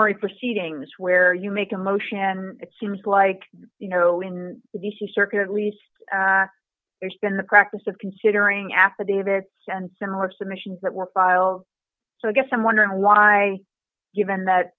ary proceedings where you make a motion and it seems like you know in the d c circuit at least there's been the practice of considering affidavits and similar submissions that were filed so i guess i'm wondering why given that